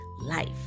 life